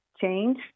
change